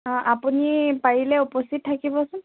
আপুনি পাৰিলে উপস্থিত থাকিবচোন